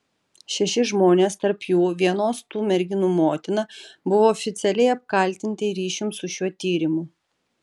šeši žmonės tarp jų vienos tų merginų motina buvo oficialiai apkaltinti ryšium su šiuo tyrimu